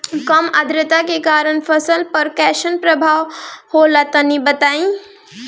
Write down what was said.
कम आद्रता के कारण फसल पर कैसन प्रभाव होला तनी बताई?